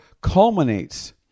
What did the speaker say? culminates